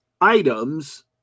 items